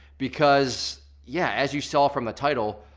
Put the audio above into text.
because, yeah, as you saw from the title,